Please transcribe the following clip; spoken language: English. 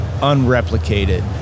unreplicated